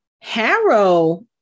Harrow